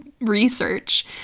research